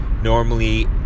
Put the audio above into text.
normally